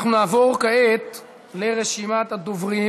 נעבור כעת לרשימת הדוברים